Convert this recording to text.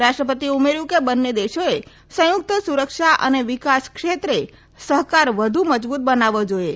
રાષ્ટ્રપતિએ ઉમેર્યુ કે બંને દેશોએ સંયુકત સુરક્ષા અને વિકાસ ક્ષેત્રે સહકાર વધુ મજબુત બનાવવો જોઇએ